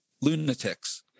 lunatics